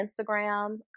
Instagram